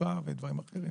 תעסוקה ודברים אחרים.